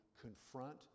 confront